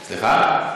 כן.